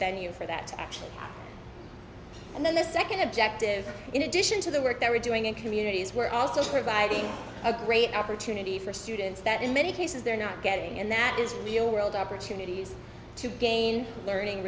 you for that to actually and then the second objective in addition to the work that we're doing in communities we're also providing a great opportunity for students that in many cases they're not getting in that is real world opportunities to gain learning